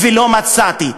ולא מצאתי.